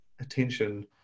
attention